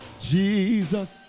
Jesus